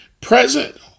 present